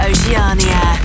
Oceania